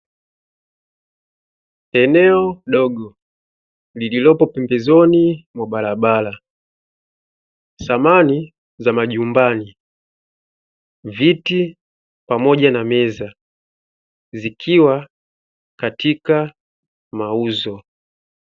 Eneo dogo lililopo pembezoni mwa barabara, samani za majumbani, viti pamoja na meza zikiwa katika mauzo.